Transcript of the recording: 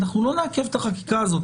אנחנו לא נעכב את החקיקה הזאת.